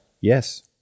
Yes